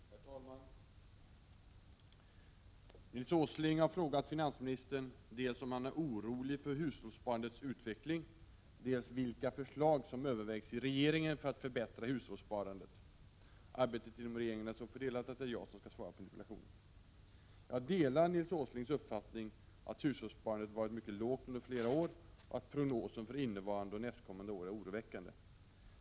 Herr talman! Nils G Åsling har frågat finansministern dels om han är orolig för hushållssparandets utveckling, dels vilka förslag som övervägs i regeringen för att förbättra hushållssparandet. Arbetet inom regeringen är så fördelat att det är jag som skall svara på interpellationen. Jag delar Nils G Åslings uppfattning att hushållssparandet varit mycket lågt under flera år och att prognosen för innevarande och nästkommande år är oroväckande.